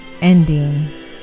ending